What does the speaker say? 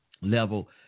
level